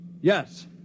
Yes